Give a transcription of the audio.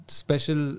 special